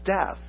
death